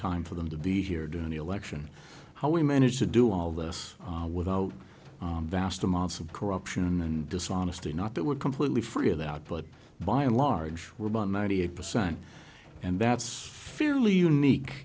time for them to be here doing the election how we manage to do all this without vast amounts of corruption and dishonesty not that we're completely free of that but by and large we're about ninety eight percent and that's fairly unique